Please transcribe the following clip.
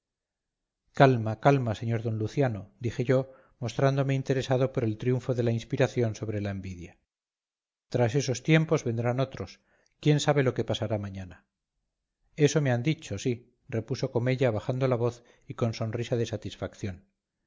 calma calma sr d luciano dije yo mostrándome interesado por el triunfo de la inspiración sobre la envidia tras esos tiempos vendrán otros quién sabe lo que pasará mañana eso me han dicho sí repuso comella bajando la voz y con sonrisa de satisfacción